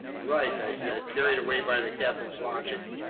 right, i said, carried away by the captain's logic.